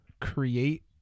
create